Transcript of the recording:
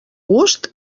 gust